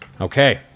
Okay